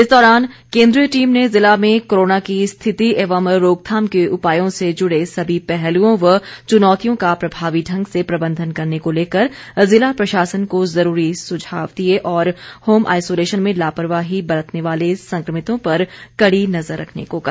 इस दौरान केंद्रीय टीम ने जिला में कोरोना की स्थिति एवं रोकथाम के उपायों से जुड़े सभी पहलुओं व चुनौतियों का प्रभावी ढंग से प्रबंधन करने को लेकर जिला प्रशासन को जरूरी सुझाव दिए और होम आइसोलेशन में लापरवाही बरतने वाले संक्रमितों पर कड़ी नजर रखने को कहा